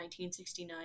1969